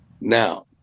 Now